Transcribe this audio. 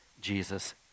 Jesus